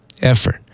effort